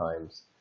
times